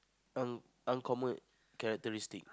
un~ uncommon characteristic